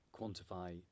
quantify